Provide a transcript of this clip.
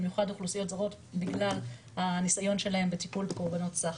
במיוחד אוכלוסיות זרות בגלל ניסיון שלהם בטיפול בקורבנות סחר.